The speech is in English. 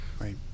Right